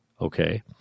okay